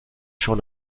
schon